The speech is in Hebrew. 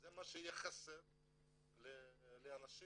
זה מה שחסר לאנשים.